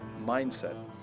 mindset